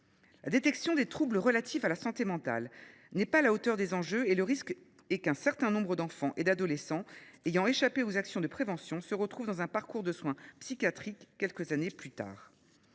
La détection des troubles de santé mentale n’est pas à la hauteur des enjeux, et le risque est qu’un certain nombre d’enfants et d’adolescents ayant échappé aux actions de prévention ne se retrouvent dans un parcours de soins psychiatriques quelques années plus tard.